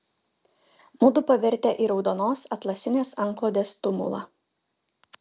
mudu pavirtę į raudonos atlasinės antklodės tumulą